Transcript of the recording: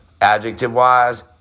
adjective-wise